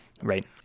right